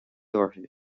orthu